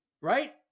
Right